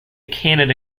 canada